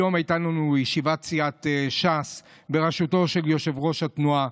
היום הייתה לנו ישיבה של סיעת ש"ס בראשותו של יושב-ראש התנועה,